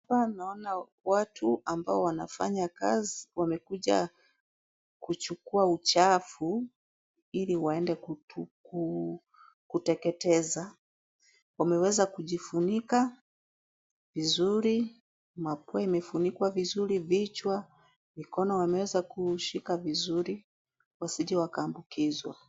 Hapa naona watu ambao wanafanya kazi, wamekuja kuchukua uchafu ili waende kuteketeza. Wameweza kujifunika vizuri, mapua imefunikwa vizuri vichwa, mikono wameweza kuishika vizuri wasije wakaambukizwa.